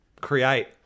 create